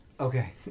Okay